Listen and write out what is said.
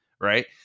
right